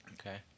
Okay